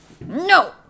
No